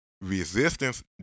Resistance